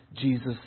Jesus